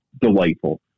delightful